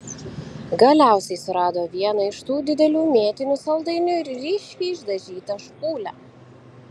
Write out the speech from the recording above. galiausiai surado vieną iš tų didelių mėtinių saldainių ir ryškiai išdažytą špūlę